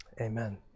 Amen